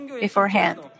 beforehand